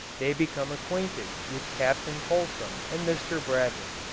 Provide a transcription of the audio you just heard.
they become acquainted with captain fulsom and mr. bradley